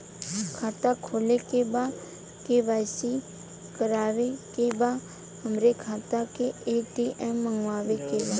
खाता खोले के बा के.वाइ.सी करावे के बा हमरे खाता के ए.टी.एम मगावे के बा?